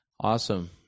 Awesome